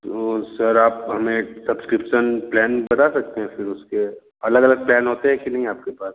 तो सर आप हमें सब्सक्रिप्शन प्लान बता सकते हैं फिर उसके अलग अलग प्लान होते हैं कि नहीं आपके पास